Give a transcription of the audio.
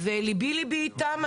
וליבי ליבי אתם,